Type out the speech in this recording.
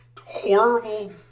horrible